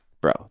bro